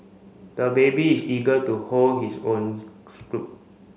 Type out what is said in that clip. the baby is eager to hold his own